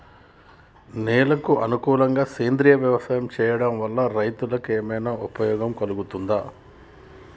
నేలకు అనుకూలంగా సేంద్రీయ వ్యవసాయం చేయడం వల్ల రైతులకు ఏమన్నా ఉపయోగం కలుగుతదా?